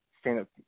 stand-up